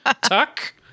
tuck